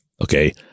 Okay